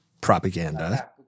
propaganda